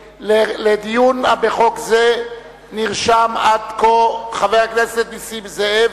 לדיון בחוק נרשם עד כה חבר הכנסת נסים זאב.